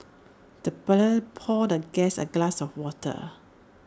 the butler poured the guest A glass of water